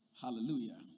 Hallelujah